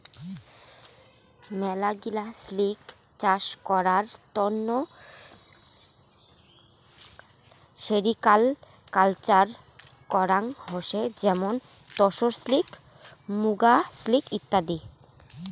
মেলাগিলা সিল্ক চাষ করার তন্ন সেরিকালকালচার করাঙ হসে যেমন তসর সিল্ক, মুগা সিল্ক ইত্যাদি